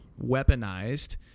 weaponized